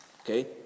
Okay